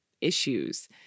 issues